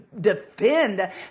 defend